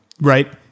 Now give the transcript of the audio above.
right